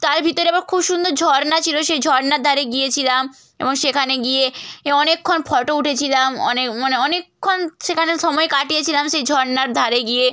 তার ভিতরে আবার খুব সুন্দর ঝরনা ছিলো সেই ঝরনার ধারে গিয়েছিলাম এবং সেখানে গিয়ে অনেকক্ষণ ফটো উঠেছিলাম অনেকক্ষণ সেখানে সময় কাটিয়েছিলাম সেই ঝরনার ধারে গিয়ে